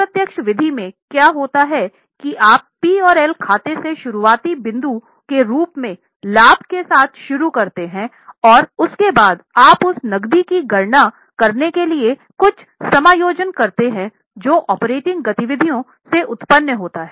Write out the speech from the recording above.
अप्रत्यक्ष विधि में क्या होता है कि आप पी और एल खाता से शुरुआती बिंदु के रूप में लाभ के साथ शुरू करते हैं और उसके बाद आप उस नक़दी की गणना करने के लिए कुछ समायोजन करते हैं जो ऑपरेटिंग गतिविधियों से उत्पन्न होता है